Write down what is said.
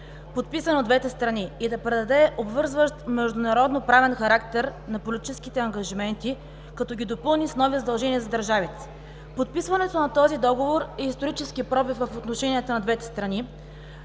подписана от двете страни, и да предаде обвързваш международноправен характер на политическите ангажименти, като ги допълни с нови задължения за държавите. Подписването на този договор е исторически пробив в отношенията на двете страни.